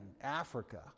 africa